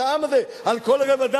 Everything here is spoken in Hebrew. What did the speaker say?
שמייצגים את העם הזה, על כל רבדיו,